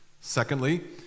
Secondly